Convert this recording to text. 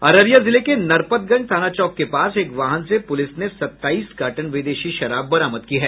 अररिया जिले के नरपतगंज थाना चौक के पास एक वाहन से पुलिस ने सत्ताईस कार्टन विदेशी शराब बरामद की है